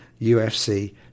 UFC